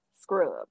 Scrub